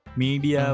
media